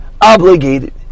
obligated